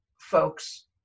folks